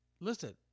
listen